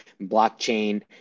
blockchain